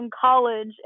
college